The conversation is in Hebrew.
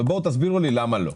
תסבירו לי למה לא,